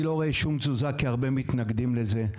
אני לא רואה שום תזוזה כי הרבה מתנגדים לזה.